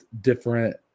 different